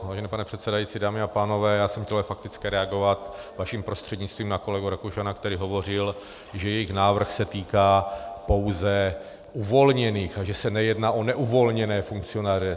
Vážený pane předsedající, dámy a pánové, já jsem chtěl fakticky reagovat vaším prostřednictvím na kolegu Rakušana, který hovořil, že jejich návrh se týká pouze uvolněných, že se nejedná o neuvolněné funkcionáře.